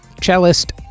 Cellist